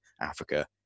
africa